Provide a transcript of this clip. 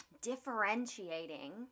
differentiating